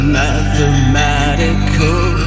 mathematical